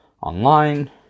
online